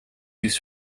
used